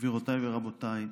גבירותיי ורבותיי,